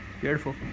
Beautiful